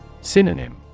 Synonym